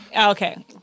Okay